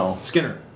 Skinner